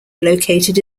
located